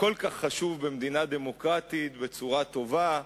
החשוב כל כך במדינה דמוקרטית, בצורה טובה,